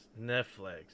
Netflix